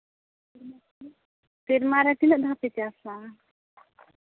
ᱥᱮᱨᱢᱟ ᱨᱮ ᱛᱤᱱᱟᱹᱜ ᱫᱷᱟᱣ ᱯᱮ ᱪᱟᱥᱟ